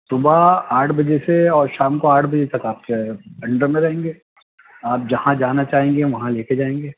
صُبح آٹھ بجے سے اور شام کو آٹھ بجے تک آپ کے انڈر میں رہیں گے آپ جہاں جانا چاہیں گے وہاں لے کے جائیں گے